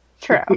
True